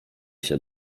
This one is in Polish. się